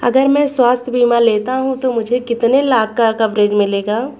अगर मैं स्वास्थ्य बीमा लेता हूं तो मुझे कितने लाख का कवरेज मिलेगा?